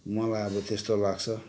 मलाई अब त्यस्तो लाग्छ